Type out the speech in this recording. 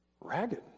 ragged